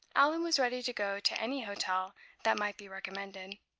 allan was ready to go to any hotel that might be recommended.